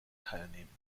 teilnehmen